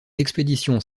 expéditions